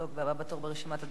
הבא בתור ברשימת הדוברים,